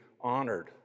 honored